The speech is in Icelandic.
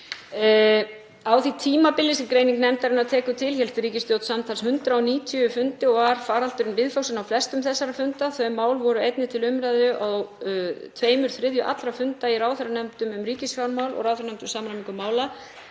Á því tímabili sem greining nefndarinnar tekur til hélt ríkisstjórnin samtals 190 fundi og var faraldurinn viðfangsefni á flestum þessara funda. Þau mál voru einnig til umræðu á tveimur þriðju allra funda í ráðherranefnd um ríkisfjármál og ráðherranefnd um samræmingu mála,